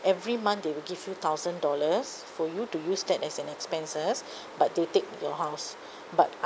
every month they will give you thousand dollars for you to use that as an expenses but they take your house but